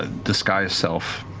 ah disguise self